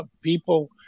people